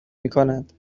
میکنند